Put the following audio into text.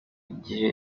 gihe